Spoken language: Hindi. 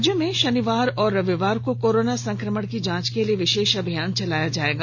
राज्य में शनिवार और रविवार को कोरोना संकमण की जांच के लिए विशेष अभियान चलाया जायेगा